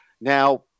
Now